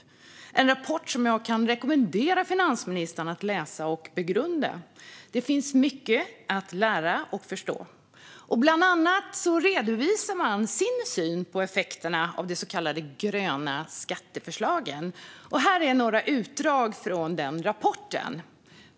Det är en rapport som jag kan rekommendera finansministern att läsa och begrunda. Där finns mycket att lära och förstå. Företagarna redovisar där bland annat sin syn på effekterna av de så kallade gröna skatteförslagen. Här följer några utdrag ur rapporten.